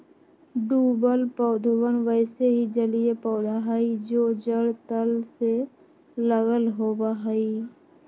डूबल पौधवन वैसे ही जलिय पौधा हई जो जड़ तल से लगल होवा हई